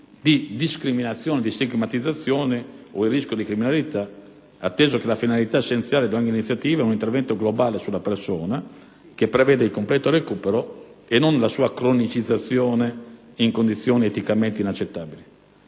di discriminazione e stigmatizzazione o il rischio di criminalità, atteso che la finalità essenziale di ogni iniziativa è un intervento globale sulla persona, che preveda il completo recupero e non la sua cronicizzazione in condizioni eticamente inaccettabili.